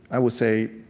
i would say,